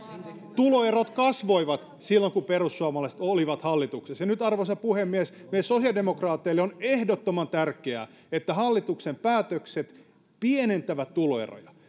tuloerot kasvoivat silloin kun perussuomalaiset olivat hallituksessa ja nyt arvoisa puhemies meille sosiaalidemokraateille on ehdottoman tärkeää että hallituksen päätökset pienentävät tuloeroja